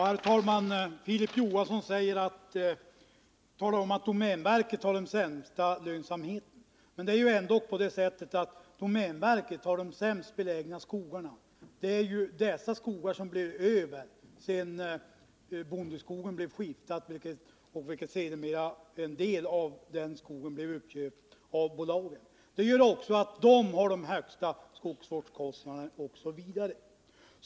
Herr talman! Filip Johansson säger att domänverket har den sämsta lönsamheten. Men det är ju ändå på det sättet att domänverket har de sämst belägna skogarna — de skogar som blev över sedan bondeskogen blivit skiftad och en del av den skogen blivit uppköpt av bolagen. Detta gör även att domänverket har de högsta skogsvårdskostnaderna osv.